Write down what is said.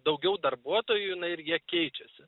daugiau darbuotojų na ir jie keičiasi